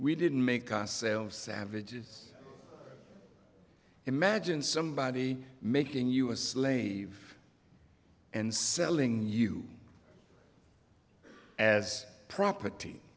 we didn't make ourselves savages imagine somebody making you a slave and selling you as property